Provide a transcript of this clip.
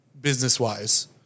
business-wise